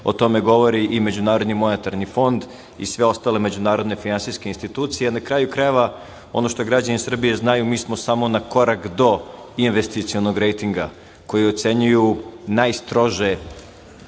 o tome govori i MMF i sve ostale međunarodne finansijske institucije. Na kraju krajeva ono što građani Srbije znaju mi smo samo na korak do investicionog rejtinga koji ocenjuju najstrože